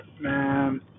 man